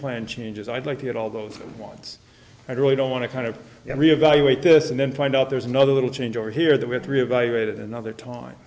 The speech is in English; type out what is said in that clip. plan changes i'd like to get all those wants i really don't want to kind of every evaluate this and then find out there's another little change over here the with reevaluated another time